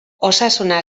osasuna